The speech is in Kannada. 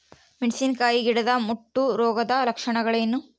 ಮೆಣಸಿನಕಾಯಿ ಗಿಡದ ಮುಟ್ಟು ರೋಗದ ಲಕ್ಷಣಗಳೇನು?